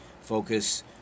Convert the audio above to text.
Focus